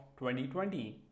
2020